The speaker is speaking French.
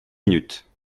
minutes